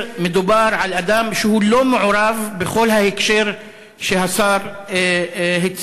מדובר באדם שלא היה מעורב בכל ההקשר שהשר הציג,